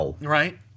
Right